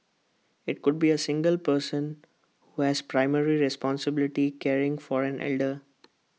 IT could be A single person who has primary responsibility caring for an elder